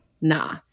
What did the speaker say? Nah